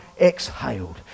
exhaled